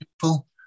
people